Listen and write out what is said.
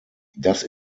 das